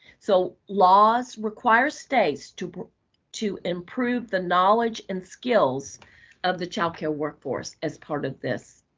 so laws require states to to improve the knowledge and skills of the child care workforce as part of this